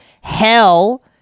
hell